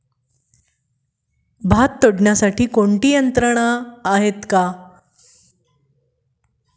भात तोडण्यासाठी कोणती यंत्रणा आहेत का?